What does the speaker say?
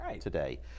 today